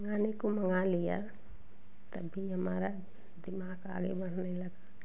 मंगाने को मंगा लिया तब भी हमारा दिमाग आगे बढ़ने लगा